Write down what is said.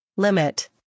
Limit